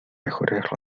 mejores